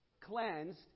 cleansed